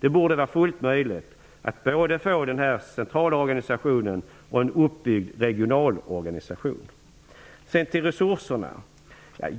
Det borde vara fullt möjligt att få både denna centrala organisation och en uppbyggd regional organisation. Sedan till resurserna.